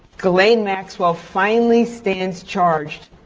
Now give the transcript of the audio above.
ghislaine maxwell finally stands charged